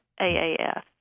AAF